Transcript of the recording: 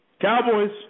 Cowboys